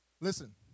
Listen